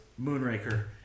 Moonraker